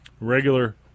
regular